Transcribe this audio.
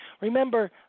Remember